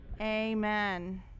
Amen